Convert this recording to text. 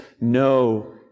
no